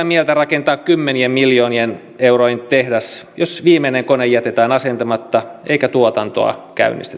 mieltä rakentaa kymmenien miljoonien eurojen tehdas jos viimeinen kone jätetään asentamatta eikä tuotantoa käynnistetä